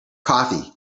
coffee